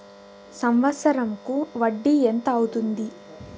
సంవత్సరం కు వడ్డీ ఎంత అవుతుంది?